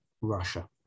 Russia